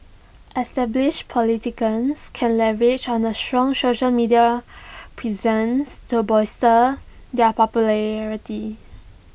established politicians can leverage on A strong social media presence to bolster their popularity